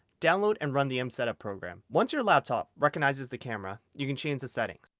download and run the msetup program. once your laptop recognizes the camera you can change the settings.